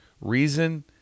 reason